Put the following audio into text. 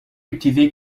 cultivées